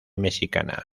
mexicana